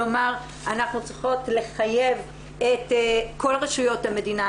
כלומר אנחנו צריכות לחייב את כל רשויות המדינה,